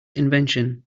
invention